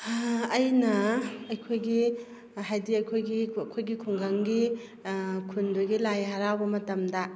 ꯍꯥ ꯑꯩꯅ ꯑꯩꯈꯣꯏꯒꯤ ꯍꯥꯏꯕꯗꯤ ꯑꯩꯈꯣꯏꯒꯤ ꯑꯩꯈꯣꯏꯒꯤ ꯈꯨꯡꯒꯪꯒꯤ ꯑꯥ ꯈꯨꯟꯗꯨꯒꯤ ꯂꯥꯏ ꯍꯔꯥꯎꯕ ꯃꯇꯝꯗ